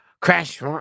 Crash